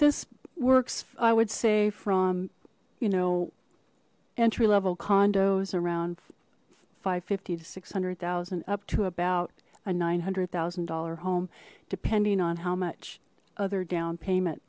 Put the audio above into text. this works i would say from you know entry level condos around five hundred and fifty to six hundred thousand up to about a nine hundred thousand dollar home depending on how much other down payment